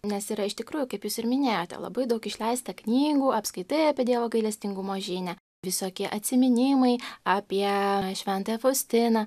nes yra iš tikrųjų kaip jūs ir minėjote labai daug išleista knygų apskaitai apie dievo gailestingumo žinią visokie atsiminimai apie šventąją faustiną